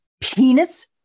penis